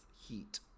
Heat